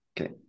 Okay